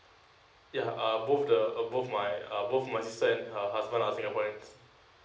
ya uh both the or both my uh both my sister and her husband are singaporeans